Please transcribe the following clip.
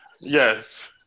Yes